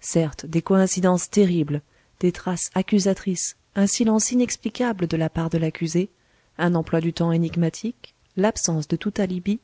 certes des coïncidences terribles des traces accusatrices un silence inexplicable de la part de l'accusé un emploi du temps énigmatique l'absence de tout alibi